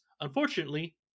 Unfortunately